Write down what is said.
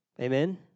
Amen